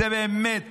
זה באמת